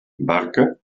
barca